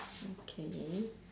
okay